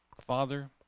Father